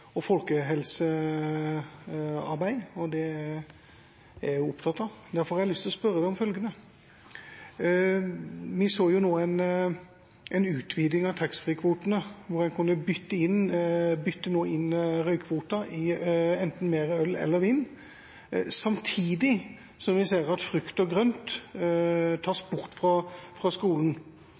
og folkehelsearbeid, og det er jeg også opptatt av. Derfor har jeg lyst til å spørre om følgende: Vi så jo nå en utviding av taxfree-kvotene, hvor en kan bytte inn røykkvoten i enten mer øl eller vin, samtidig som vi ser at frukt og grønt tas bort fra skolen.